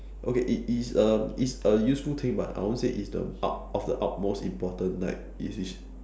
okay it is a is a useful thing but I won't say is ut~ of the utmost important like is is